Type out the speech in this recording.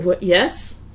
Yes